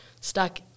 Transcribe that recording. stuck